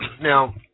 Now